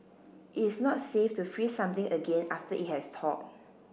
it's not safe to freeze something again after it has thawed